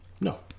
no